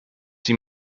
sie